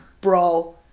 bro